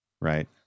right